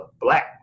black